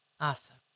Awesome